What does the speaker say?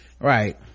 right